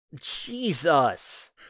Jesus